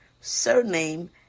surname